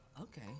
Okay